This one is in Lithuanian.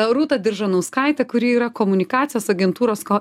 rūtą diržanauskaitę kuri yra komunikacijos agentūros ko